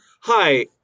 Hi